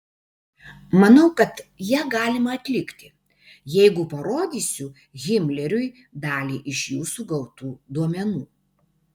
manau kad ją galima atlikti jeigu parodysiu himleriui dalį iš jūsų gautų duomenų